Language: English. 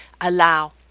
Allow